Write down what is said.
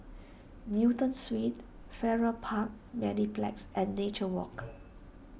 Newton Suites Farrer Park Mediplex and Nature Walk